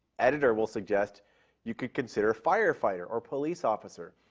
editor will suggest you could consider firefighter or police officer.